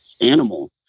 animal